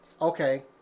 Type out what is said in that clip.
Okay